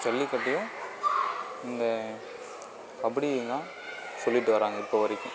ஜல்லிக்கட்டையும் இந்த கபடியையும்தான் சொல்லிகிட்டு வர்றாங்க இப்போ வரைக்கும்